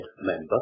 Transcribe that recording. member